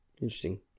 interesting